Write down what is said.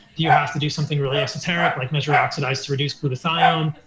do you have to do something really esoteric, like measure oxidized to reduced glutathione?